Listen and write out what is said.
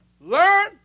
Learn